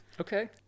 Okay